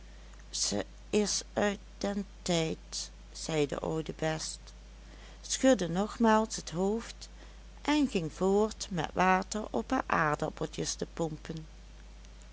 ze is uit den tijd zei de oude best schudde nogmaals het hoofd en ging voort met water op haar aardappeltjes te pompen